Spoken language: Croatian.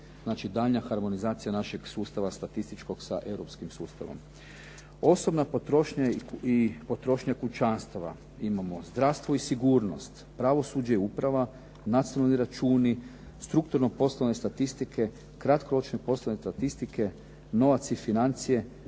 Znači daljnja harmonizacija našeg sustava statističkog sa europskim sustavom. Osobna potrošnja i potrošnja kućanstava. Imamo zdravstvo i sigurnost, pravosuđe i uprava, nacionalni računi, strukturno poslovne statistike, kratkoročne poslovne statistike, novac i financije,